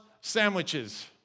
sandwiches